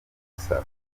gusa